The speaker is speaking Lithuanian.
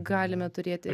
galime turėti